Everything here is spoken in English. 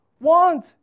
want